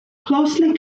closely